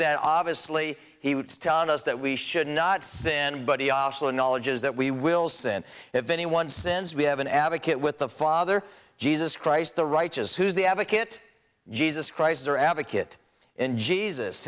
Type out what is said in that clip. that obviously he would stand us that we should not sin but he also acknowledges that we will sin if anyone since we have an advocate with the father jesus christ the righteous who's the advocate jesus christ or advocate in jesus